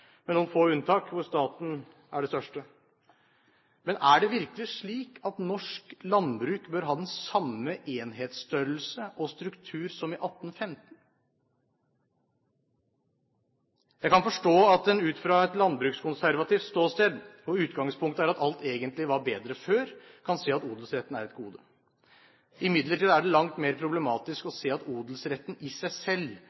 med noen få unntak, hvor staten er det største. Er det virkelig slik at norsk landbruk bør ha den samme enhetsstørrelse og struktur som i 1815? Jeg kan forstå at en ut fra et landbrukskonservativt ståsted, hvor utgangspunktet er at alt egentlig var bedre før, kan si at odelsretten er et gode. Imidlertid er det langt mer problematisk å se at odelsretten i seg selv